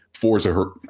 Forza